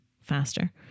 faster